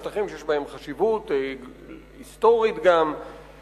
אלא שטחים שיש להם חשיבות היסטורית ופוליטית רבה.